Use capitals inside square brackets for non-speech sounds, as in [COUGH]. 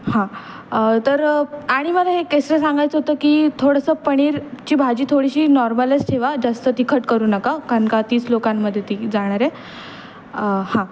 हां तर आणि मला हे [UNINTELLIGIBLE] सांगायचं होतं की थोडंसं पनीरची भाजी थोडीशी नॉर्मलच ठेवा जास्त तिखट करू नका कारण का तीस लोकांमध्ये ती जाणार आहे हां